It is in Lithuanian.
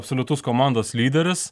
absoliutus komandos lyderis